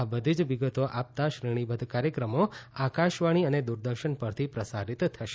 આ બધી જ વિગતો આપતા શ્રેણીબધ્ધ કાર્યક્રમો આકાશવાણી અને દુરદર્શન પરથી પ્રસારીત થશે